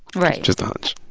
right. just a hunch